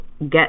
get